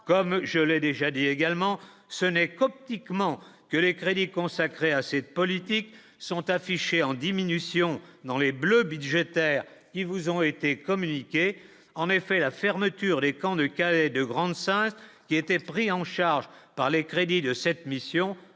comme je l'ai déjà dit également, ce n'est qu'au petit comment que les crédits consacrés à cette politique sont affichés en diminution dans les bleus budgétaires, ils vous ont été communiqués en effet la fermeture, les camps de Calais de Grande-Synthe, qui étaient pris en charge par les crédits de cette mission